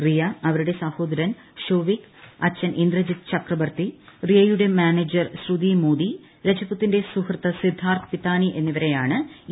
റിയ അവരുടെ സഹോദരൻ ഷൊവിക് അച്ഛൻ ഇന്ദ്രജിത് ചക്രബർത്തി റിയയുടെ മാനേജർ ശ്രുതി മോദി രജപുത്തിന്റെ സുഹൃത്ത് സിദ്ധാർത്ഥ് പിത്താനി എന്നിവരെയാണ് ഇ